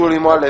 שולי מועלם,